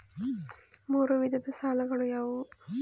ಮೂರು ವಿಧದ ಸಾಲಗಳು ಯಾವುವು?